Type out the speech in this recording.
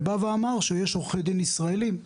שבא ואמר שיש עורכי דין ישראליים,